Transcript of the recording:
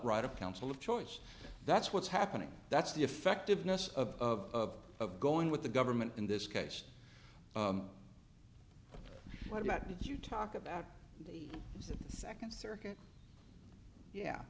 right of counsel of choice that's what's happening that's the effectiveness of of going with the government in this case what about did you talk about the second circuit yeah